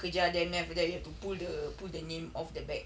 kejar them then after that you have to pull the pull the name off the back